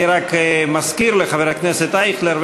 אני רק מזכיר לחבר הכנסת אייכלר,